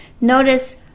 Notice